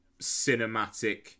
cinematic